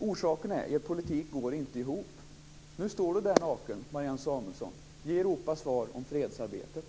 Orsaken är att er politik inte går ihop. Nu står du där naken, Marianne Samuelsson. Ge Europa svar om fredsarbetet!